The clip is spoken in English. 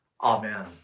Amen